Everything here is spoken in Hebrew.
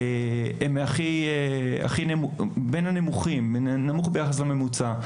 בין הנמוכים ביחס לממוצע,